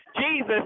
Jesus